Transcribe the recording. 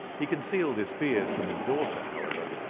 he concealed his fears from his daughter, however,